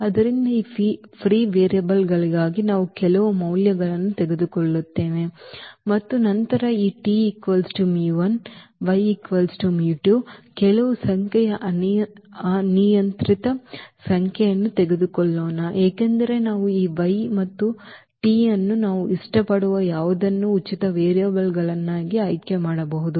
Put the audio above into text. ಆದ್ದರಿಂದ ಈ ಫ್ರೀ ವೇರಿಯೇಬಲ್zಗಳಿಗಾಗಿ ನಾವು ಕೆಲವು ಮೌಲ್ಯಗಳನ್ನು ತೆಗೆದುಕೊಳ್ಳುತ್ತೇವೆ ಮತ್ತು ನಂತರ ನಾವು ಈ ಕೆಲವು ಸಂಖ್ಯೆಯ ಅನಿಯಂತ್ರಿತ ಸಂಖ್ಯೆಯನ್ನು ತೆಗೆದುಕೊಳ್ಳೋಣ ಏಕೆಂದರೆ ನಾವು ಈ y ಮತ್ತು t ಅನ್ನು ನಾವು ಇಷ್ಟಪಡುವ ಯಾವುದನ್ನು ಉಚಿತ ವೇರಿಯೇಬಲ್ಗಳನ್ನಾಗಿ ಆಯ್ಕೆ ಮಾಡಬಹುದು